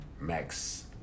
Max